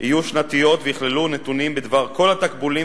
יהיו שנתיות ויכללו נתונים בדבר כל התקבולים